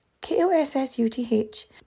K-O-S-S-U-T-H